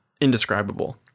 indescribable